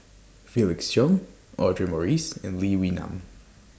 Felix Cheong Audra Morrice and Lee Wee Nam